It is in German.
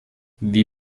wie